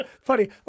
funny